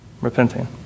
Repenting